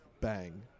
Bang